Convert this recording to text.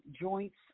joints